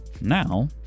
Now